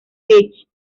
vich